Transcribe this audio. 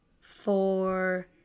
four